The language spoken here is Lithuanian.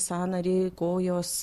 sąnarį kojos